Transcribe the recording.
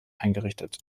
eingerichtet